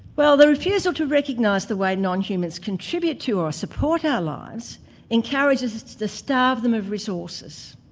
well, the refusal to recognise the way non-humans contribute to or support our lives encourages us to starve them of resources.